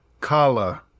Kala